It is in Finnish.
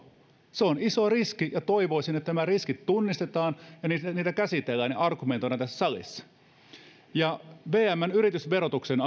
se on iso riski ja toivoisin että nämä riskit tunnistetaan niitä käsitellään ja niistä argumentoidaan tässä salissa vmn yritysverotuksen